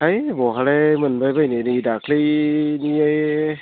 है बहालाय मोनबाय बायनो नै दाख्लिनि